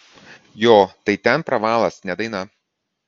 jo tai ten pravalas ne daina